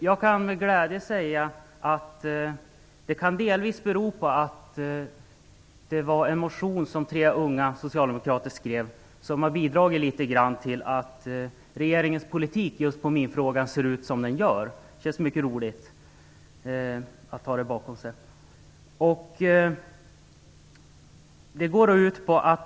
Jag kan med glädje säga att det delvis kan bero på att tre unga socialdemokrater skrev en motion om detta. Det kan ha bidragit till att regeringens politik i just minfrågan ser ut som den gör. Det känns mycket roligt att ha det bakom sig.